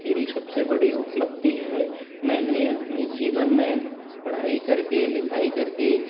मेरी सबसे बड़ी उपलब्धि है मैंने अपने जीवन में पढ़ाई करके लिखाई करके